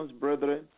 brethren